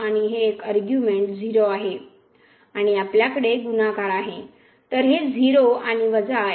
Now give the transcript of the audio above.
आणि हे एक अर्ग्युमेंट 0 आहे आणि आपल्याकडे गुणाकार आहे